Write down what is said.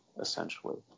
essentially